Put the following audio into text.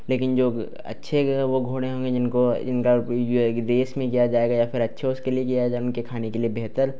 लेकिन जो अच्छे जो घोड़े होंगे जिनको जिनका उपयोग जो है कि देश में किया जाएगा या फिर अच्छे उसके लिए किया जाएगा उनके खाने के लिए बेहतर